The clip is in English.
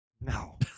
No